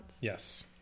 Yes